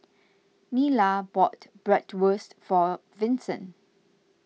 Nila bought Bratwurst for Vincent